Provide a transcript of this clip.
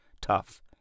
tough